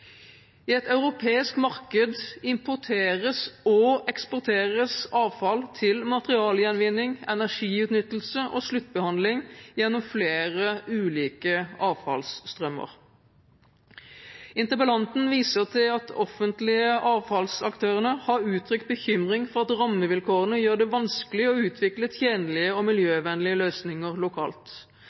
I et europeisk marked importeres og eksporteres avfall til materialgjenvinning, energiutnyttelse og sluttbehandling gjennom flere ulike avfallsstrømmer. Interpellanten viser til at de offentlige avfallsaktørene har uttrykt bekymring for at rammevilkårene gjør det vanskelig å utvikle tjenlige og miljøvennlige løsninger lokalt.